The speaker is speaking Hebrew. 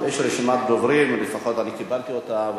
יש רשימת דוברים, או לפחות אני קיבלתי אותה.